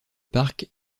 parc